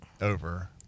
over